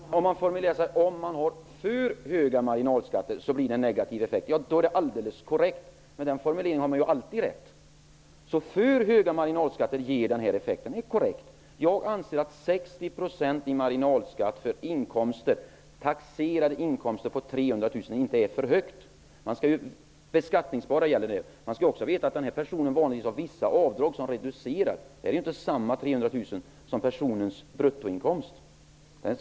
Herr talman! Om formuleringen är ''för höga'' marginalskatter blir effekten negativ. Det är alldels korrekt. Med den formuleringen har man alltid rätt. För höga marginalskatter ger den här effekten. Jag anser att 60 % i marginalskatt för taxerade inkomster på 300 000 inte är för högt. Man skall också veta att den här personen vanligtvis har vissa avdrag som reducerar inkomsten. Det är inte samma 300 000 som utgör personens bruttoinkomst.